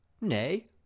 Nay